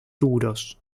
duros